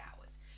hours